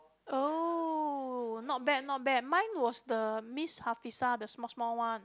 oh not bad not bad mine was the Miss Hafisa the small small one